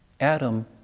Adam